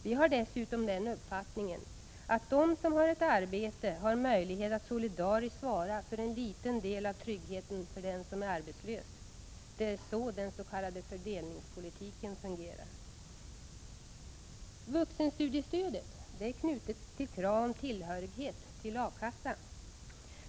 Vi har dessutom den uppfattningen att de som har ett arbete har möjlighet att solidariskt svara för en liten del av tryggheten för den som är arbetslös. Det är så den s.k. fördelningspolitiken fungerar. Vuxenstudiestödet är knutet till krav om tillhörighet till A-kassa.